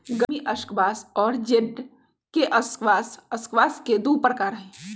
गर्मी स्क्वाश और जेड के स्क्वाश स्क्वाश के दु प्रकार हई